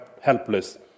helpless